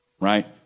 right